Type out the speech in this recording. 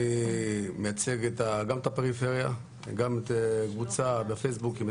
אני מייצג גם את הפריפריה וגם קבוצה בפייסבוק.